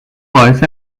باعث